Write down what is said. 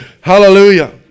Hallelujah